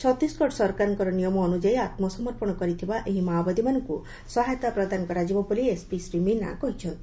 ଛତିଶଗଡ଼ ସରକାରଙ୍କ ନିୟମ ଅନୁଯାୟୀ ଆତ୍ମସପର୍ମଣ କରିଥିବା ଏହି ମାଓବାଦୀମାନଙ୍କୁ ସହାୟତା ପ୍ରଦାନ କରାଯିବ ବୋଲି ଏସ୍ପି ଶ୍ରୀ ମୀନା କହିଛନ୍ତି